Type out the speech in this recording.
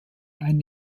einen